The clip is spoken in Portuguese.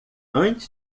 antes